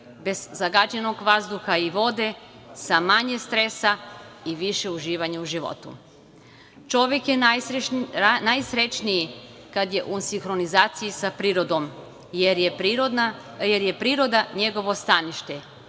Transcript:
bez zagađenog vazduha i vode, sa manje stresa i više uživanja u životu. Čovek je najsrećniji kada je u sinhronizaciji sa prirodom, jer je priroda njegovo stanište